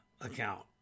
account